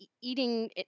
eating